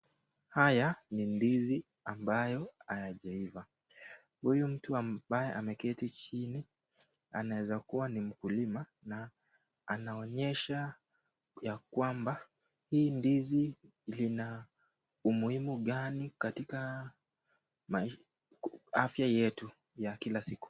Haya ni ndizi ambayo hayajaiva. Huyu mtu ambaye ameketi chini anaweza kuwa ni mkulima na anaonyesha ya kwamba hii ndizi lina umuhimu gani katika afya yetu ya kila siku.